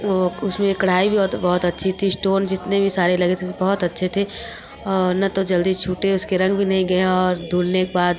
वो उसमें कढ़ाई भी बहुत बहुत अच्छी थी स्टोन जितने भी सारे लगे थे बहुत अच्छे थे ना तो जल्दी छूटे उसके रंग भी नहीं गया और धुलने के बाद